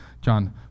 John